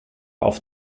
auf